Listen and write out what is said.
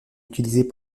utilisées